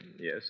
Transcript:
Yes